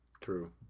True